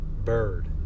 Bird